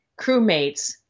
crewmates